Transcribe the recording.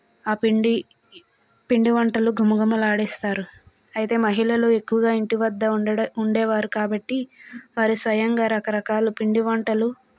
ఆ పిండి పిండి వంటలు గుమ గుమలాడిస్తారు అయితే మహిళలు ఎక్కువగా ఇంటి వద్ద ఉండడం ఉండేవారు కాబట్టి వారు స్వయంగా రకరకాల పిండి వంటలు